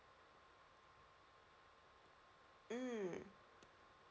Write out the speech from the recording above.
mm